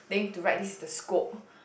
then you need to write this is the scope